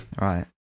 right